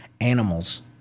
animals